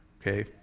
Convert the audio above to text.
Okay